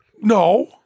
no—